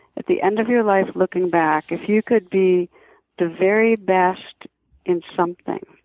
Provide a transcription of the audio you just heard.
at the end of your life looking back, if you could be the very best in something,